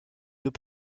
deux